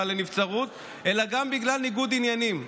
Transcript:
לנבצרות לא רק מטעמי בריאות אלא גם בגלל ניגוד עניינים.